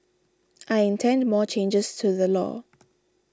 I intend more changes to the law